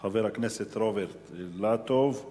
חבר הכנסת רוברט אילטוב,